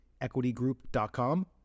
EquityGroup.com